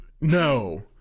No